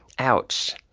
ouch.